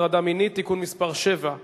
אני קובע שהצעת חוק השיפוט הצבאי (תיקון מס' 66)